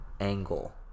angle